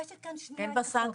אין בה סנקציות.